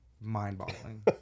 mind-boggling